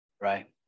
right